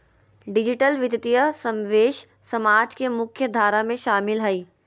digital वित्तीय समावेश समाज के मुख्य धारा में शामिल हइ